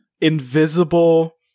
invisible